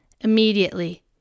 Immediately